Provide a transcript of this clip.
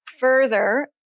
Further